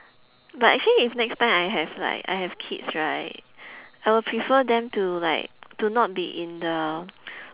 but actually if next time I have like I have kids right I will prefer them to like to not be in the